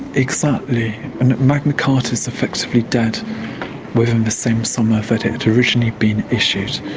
exactly. and magna carta is effectively dead within the same summer that it had originally been issued.